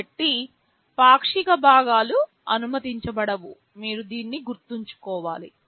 కాబట్టి పాక్షిక భాగాలు అనుమతించబడవు మీరు దీన్ని గుర్తుంచుకోవాలి